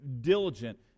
diligent